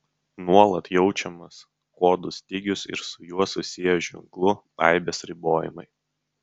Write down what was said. nuolat jaučiamas kodų stygius ir su juo susiję ženklų aibės ribojimai